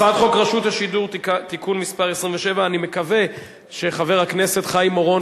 הצעת חוק רשות השידור (תיקון מס' 27). אני מקווה שחבר הכנסת חיים אורון,